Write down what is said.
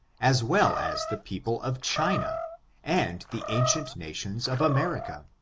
as well as the people of china and the ancient nations of america.